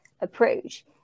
approach